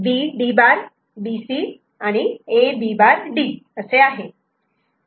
B D' B C A B' D आहे